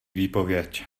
výpověď